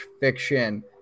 fiction